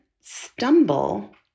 stumble